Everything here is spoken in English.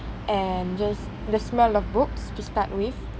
and just the smell of books to start with